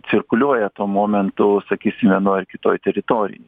cirkuliuoja tuo momentu sakysim vienoj ar kitoj teritorijoj